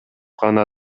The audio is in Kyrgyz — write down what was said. гана